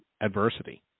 adversity –